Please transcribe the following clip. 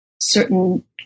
Certain